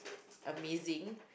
amazing